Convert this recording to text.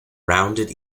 rounded